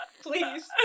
Please